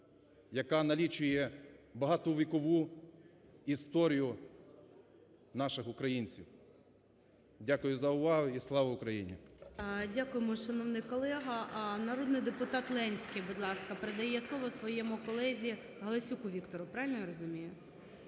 яка налічує багатовікову історію наших українців. Дякую за увагу і слава Україні! ГОЛОВУЮЧИЙ. Дякуємо, шановний колега. Народний депутат Ленський, будь ласка, передає слово своєму колезі Галасюку Віктору. Правильно я розумію?